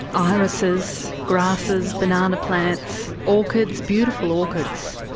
irises, grasses, banana plants, orchids beautiful orchids.